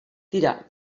tira